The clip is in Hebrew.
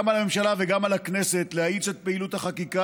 גם על הממשלה וגם על הכנסת להאיץ את פעילות החקיקה